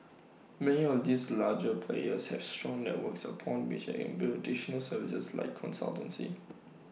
many of these larger players have strong networks upon which they can build additional services like consultancy